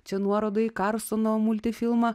čia nuoroda į karlsono multifilmą